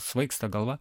svaigsta galva